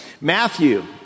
Matthew